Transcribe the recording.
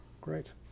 Great